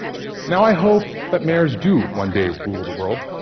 now, i hope that mayors do one day rule the world,